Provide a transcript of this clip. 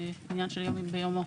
כעניין של יום ביומו.